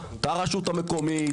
את הרשות המקומית,